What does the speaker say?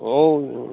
ओ